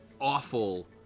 awful